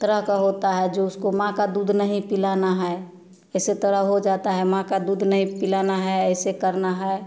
तरह का होता है जो उसको माँ का दूध नहीं पिलाना है ऐसा तोड़ा हो जाता है माँ का दूध नहीं पिलाना है ऐसे करना है